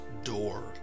door